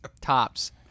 Tops